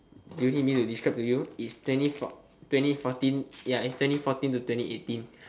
do you need me to describe to you in twenty fourteen to twenty eighteen